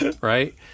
right